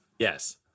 Yes